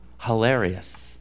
Hilarious